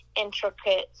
intricate